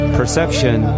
perception